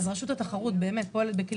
רשות התחרות באמת פועלת,